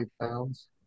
pounds